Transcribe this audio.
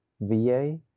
VA